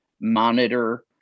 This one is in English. monitor